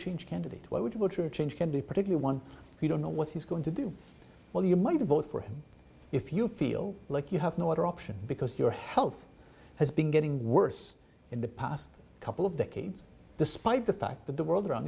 change candidate why would you want your change can be a particular one if you don't know what he's going to do well you might vote for him if you feel like you have no other option because your health has been getting worse in the past couple of decades despite the fact that the world around